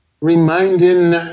reminding